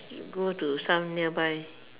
go to some nearby